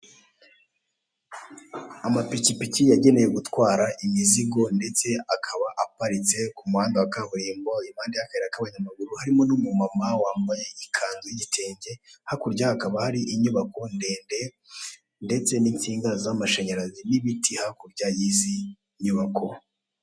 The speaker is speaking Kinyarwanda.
Amapikipiki yagenewe gutwara imizigo ndetse akaba aparitse ku muhanda wa kaburimbo impande y'akayira k'abanyamaguru, harimo n'umumama wambaye ikanzu y'igitenge hakurya hakaba hari inyubako ndende ndetse n'insinga z'amashanyarazi n'ibiti hakurya y'izi nyubako.